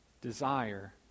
desire